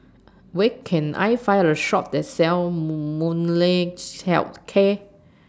Where Can I Find A Shop that sells Health Care